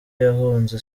yahunze